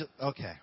Okay